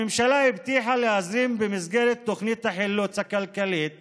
הממשלה הבטיחה להזרים במסגרת תוכנית החילוץ הכלכלית